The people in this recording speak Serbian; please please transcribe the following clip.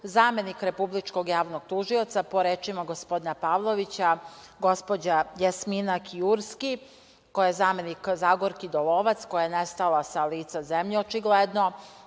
Republičkog javnog tužioca, po rečima gospodina Pavlovića, gospođa Jasmina Kiurski, koja je zamenik Zagorki Dolovac koja je nestala sa lica Zemlje, očigledno